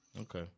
Okay